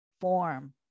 form